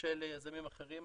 של יזמים אחרים.